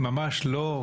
ממש לא.